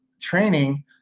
training